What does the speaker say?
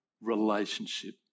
relationship